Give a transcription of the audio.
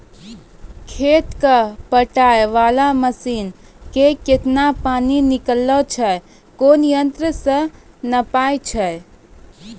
खेत कऽ पटाय वाला मसीन से केतना पानी निकलैय छै कोन यंत्र से नपाय छै